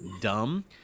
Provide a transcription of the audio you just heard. dumb